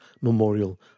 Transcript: Memorial